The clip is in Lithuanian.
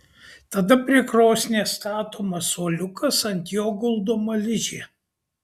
tada prie krosnies statomas suoliukas ant jo guldoma ližė